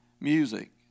music